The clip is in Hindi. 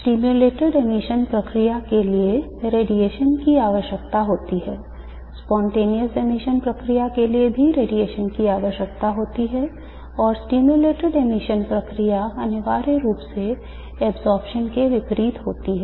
Stimulated emission प्रक्रिया के लिए रेडिएशन की आवश्यकता होती है Spontaneous emission प्रक्रिया के लिए भी रेडिएशन की आवश्यकता होती है और stimulated emission प्रक्रिया अनिवार्य रूप से absorption के विपरीत होती है